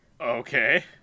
Okay